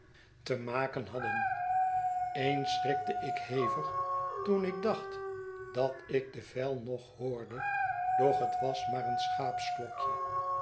te maken hadden eens schrikte ik hevig toen ik dacht dat ik de vijl nog hoorde doch het was maar een